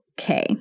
okay